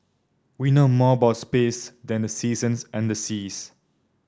we know more about space than the seasons and the seas